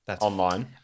Online